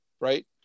Right